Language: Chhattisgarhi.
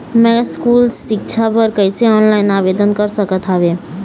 मैं स्कूल सिक्छा बर कैसे ऑनलाइन आवेदन कर सकत हावे?